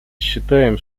считаем